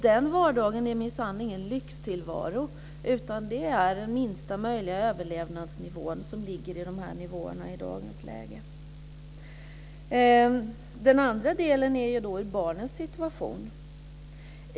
Den vardagen är minsann ingen lyxtillvaro utan den minsta möjliga överlevnadsnivån i dagens läge. Den andra delen är barnens situation.